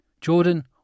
Jordan